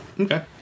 Okay